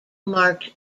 marked